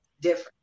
different